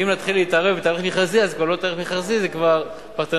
ואם נתחיל להתערב בתהליך מכרזי זה כבר לא יהיה תהליך מכרזי.